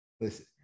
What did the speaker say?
Listen